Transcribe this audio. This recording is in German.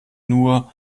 nur